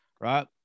right